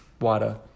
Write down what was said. water